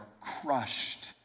crushed